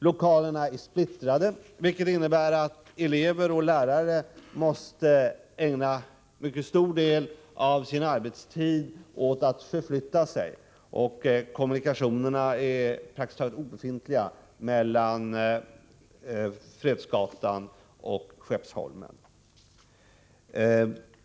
Lokalerna är splittrade, vilket innebär att elever och lärare måste ägna mycket stor del av sin arbetstid åt att förflytta sig, och kommunikationerna är praktiskt taget obefintliga mellan Fredsgatan och Skeppsholmen.